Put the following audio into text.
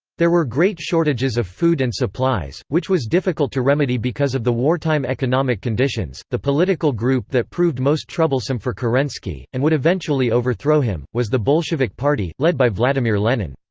there were great shortages of food and supplies, which was difficult to remedy because of the wartime economic conditions the political group that proved most troublesome for kerensky, and would eventually overthrow him, was the bolshevik party, led by vladimir lenin.